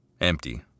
Empty